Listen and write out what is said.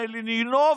מלינובסקי.